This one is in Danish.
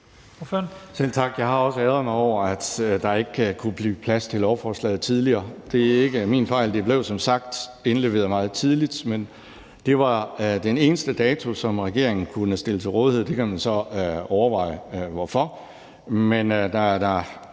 Selv tak. Jeg har også ærgret mig over, at der ikke kunne blive plads til lovforslaget tidligere. Det er ikke min fejl, det blev som sagt indleveret meget tidligt, men det var den eneste dato, som regeringen kunne stille til rådighed, og det kan man så overveje hvorfor.